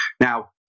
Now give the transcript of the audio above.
Now